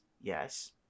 Yes